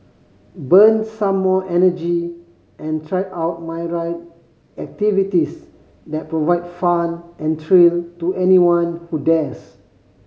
burn some more energy and try out myriad activities that provide fun and thrill to anyone who dares